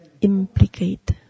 implicate